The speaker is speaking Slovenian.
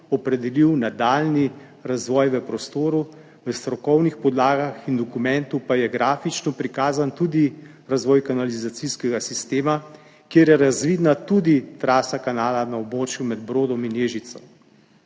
opredelil nadaljnji razvoj v prostoru, v strokovnih podlagah in dokumentu pa je grafično prikazan tudi razvoj kanalizacijskega sistema, kjer je razvidna tudi trasa kanala na območju med Brodom in Ježico.